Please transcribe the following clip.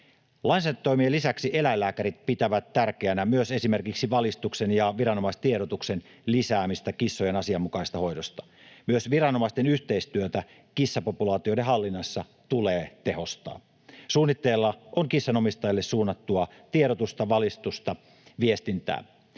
Lainsäädäntötoimien lisäksi eläinlääkärit pitävät tärkeänä myös esimerkiksi valistuksen ja viranomaistiedotuksen lisäämistä kissojen asianmukaisesta hoidosta. Myös viranomaisten yhteistyötä kissapopulaatioiden hallinnassa tulee tehostaa. Suunnitteilla on kissanomistajille suunnattua tiedotusta, valistusta, viestintää.